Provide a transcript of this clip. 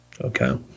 Okay